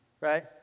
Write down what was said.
right